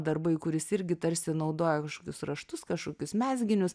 darbai kur jis irgi tarsi naudoja kažkokius raštus kažkokius mezginius